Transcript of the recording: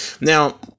Now